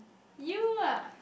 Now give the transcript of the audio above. you ah